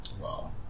Wow